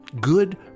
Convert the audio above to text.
Good